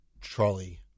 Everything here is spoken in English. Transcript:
trolley